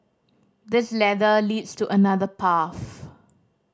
this ladder leads to another path